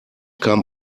kam